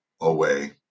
away